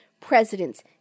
Presidents